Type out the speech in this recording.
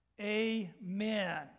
Amen